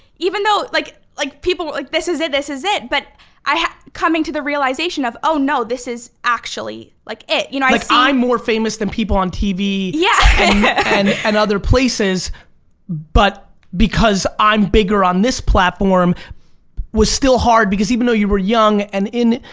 even though, like like people were like this is it, this is it but coming to the realization of like oh no, this is actually like it. you know like i'm more famous than people on tv yeah and other places but because i'm bigger on this platform was still hard because even though you were young and in,